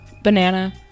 Banana